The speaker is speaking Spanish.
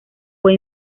fue